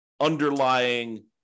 underlying